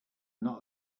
not